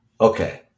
Okay